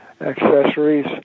accessories